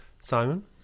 Simon